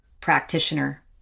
practitioner